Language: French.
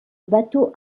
bateaux